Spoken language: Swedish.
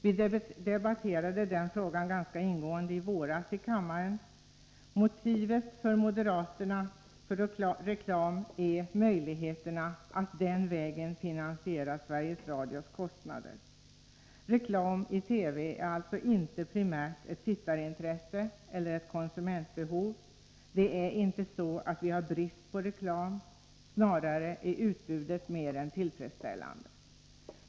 Vi debatterade denna fråga ganska ingående i våras här i kammaren. Moderaternas motiv för reklam i TV är möjligheterna att den vägen finansiera Sveriges Radios kostnader. Reklam i TV är alltså inte primärt ett tittarintresse eller ett konsumentbehov. Det är inte så att vi har brist på reklam, snarare är utbudet mer än tillfredsställande.